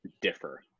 differ